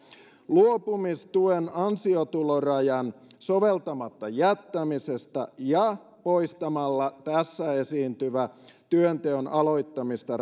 luopumistuen ansiotulorajan soveltamatta jättämisestä ja tässä esiintyvästä työnteon aloittamista